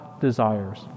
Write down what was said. desires